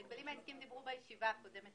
ההגבלים העסקיים דיברו בישיבה הקודמת